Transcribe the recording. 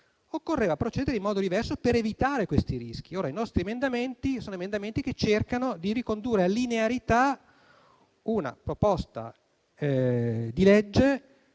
Occorreva procedere in modo diverso per evitare questi rischi. I nostri emendamenti cercano di ricondurre alla linearità una proposta di legge,